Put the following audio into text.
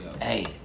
Hey